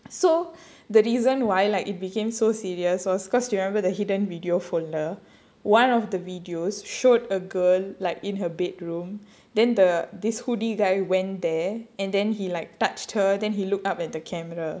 so the reason why like it became so serious was because you remember the hidden video folder one of the videos showed a girl like in her bedroom then the this hoodie guy went there and then he like touched her then he looked up at the camera